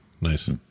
nice